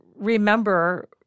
remember